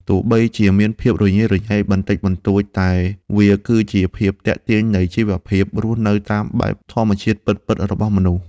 ទោះបីជាមានភាពរញ៉េរញ៉ៃបន្តិចបន្តួចតែវាគឺជាភាពទាក់ទាញនៃជីវភាពរស់នៅតាមបែបធម្មជាតិពិតៗរបស់មនុស្ស។